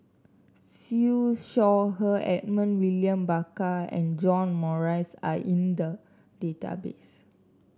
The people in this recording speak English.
Siew Shaw Her Edmund William Barker and John Morrice are in the database